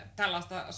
tällaista